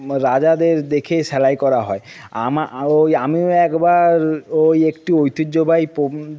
রাজাদের দেখে সেলাই করা হয় আমার আমিও একবার ওই একটু ঐতিহ্যবাহী